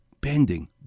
bending